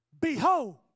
behold